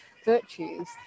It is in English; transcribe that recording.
virtues